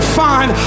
find